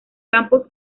campos